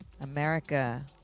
America